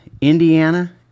Indiana